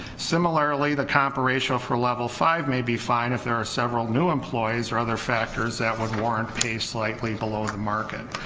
similarly the compa ratio for level five may be fine if there are several new employees or other factors that would warrant pay slightly below the market,